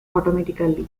automatically